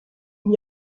n’y